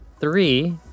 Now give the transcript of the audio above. Three